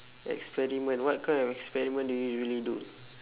experiment what kind of experiment do you usually do